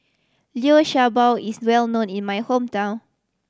Liu Sha Bao is well known in my hometown